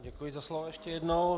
Děkuji za slovo ještě jednou.